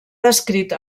descrit